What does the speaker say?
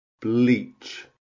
bleach